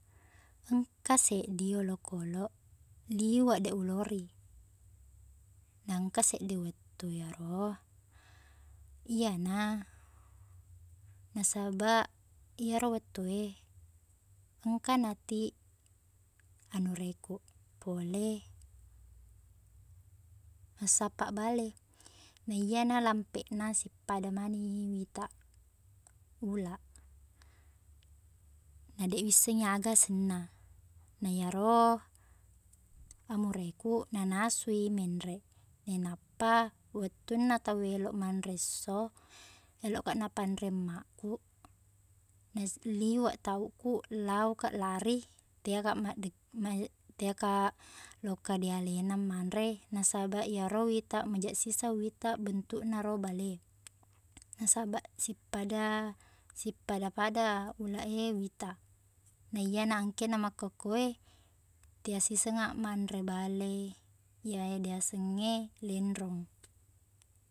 Engka seddi olokkolok, liweq deq ulori. Nengka seddi wettu iyaro, iyena, nasabaq iyero wettue, engka natiq anureku pole massappa bale, na iyana lammpena sippada manengngi wita ulaq. Na deq wissengngi aga asengna. Na iyero amureku nanasui menre nainappa wettuna taue melo manre esso, meloka napanre emmakku, naliwe tauqku, laoka lari, teaka maddek- ma- teaka lokedealena manre nasaba iyaro wita mejaq siseng wita bentuknaro bale. Nasaba sippada- sippada-pada ulaq e wita. Na iyana engkena makkukue teasisengnga manre bale iyae diasengnge lenrong.